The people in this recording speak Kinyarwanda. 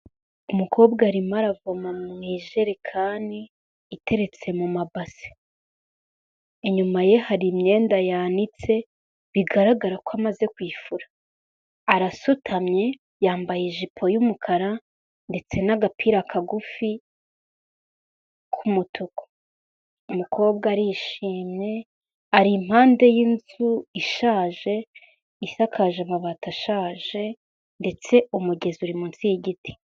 Umukobwa arimo aravoma mu ijerekani iteretse mu mabasi. Inyuma ye hari imyenda yanitse bigaragara ko amaze kuyifura. Arasutamye, yambaye ijipo y'umukara ndetse n'agapira kagufi k'umutuku. Umukobwa arishimye ari impande y'inzu ishaje, isakaje amabati ashaje ndetse umugezi uri munsi y'igiti.